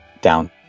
down